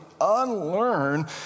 unlearn